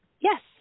Yes